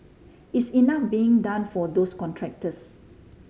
is enough being done for those contractors